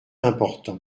important